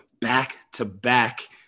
back-to-back